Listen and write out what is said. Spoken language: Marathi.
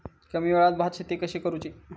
कमी वेळात भात शेती कशी करुची?